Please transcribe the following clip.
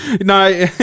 no